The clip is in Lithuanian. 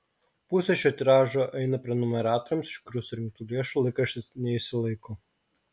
pusė šio tiražo eina prenumeratoriams iš kurių surinktų lėšų laikraštis neišsilaiko